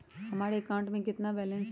हमारे अकाउंट में कितना बैलेंस है?